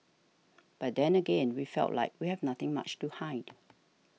but then again we felt like we have nothing much to hide